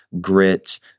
grit